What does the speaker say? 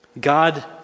God